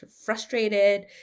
frustrated